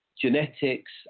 genetics